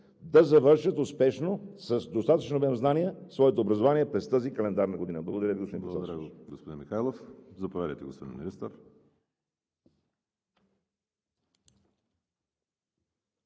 да завършат успешно – с достатъчен обем знания, своето образование през тази календарна година? Благодаря Ви, господин